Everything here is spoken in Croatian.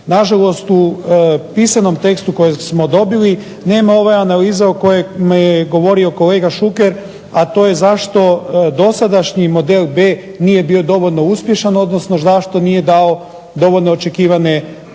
Nažalost u pisanom tekstu kojeg smo dobili nema ove analize o kojoj je govorio kolega Šuker, a to je zašto dosadašnji model B nije bio dovoljno uspješan, odnosno zašto nije dao dovoljno očekivane rezultate.